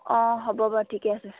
অঁ হ'ব বাৰু ঠিকে আছে